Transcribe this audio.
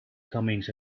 comings